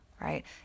right